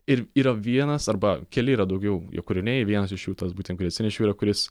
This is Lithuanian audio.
ir yra vienas arba keli yra daugiau jo kūriniai vienas iš jų tas būtent kurį atsinešiau yra kuris